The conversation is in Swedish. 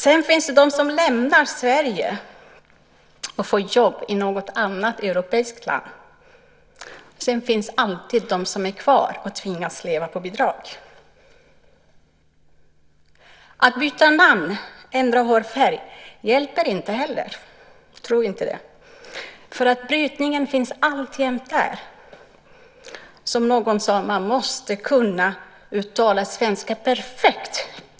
Det finns också de som lämnar Sverige och får jobb i något annat europeiskt land. Sedan finns alltid de som är kvar och tvingas leva på bidrag. Att byta namn eller ändra hårfärg hjälper nog inte heller, för brytningen finns alltjämt där. Som någon sade: Man måste kunna uttala svenska perfekt.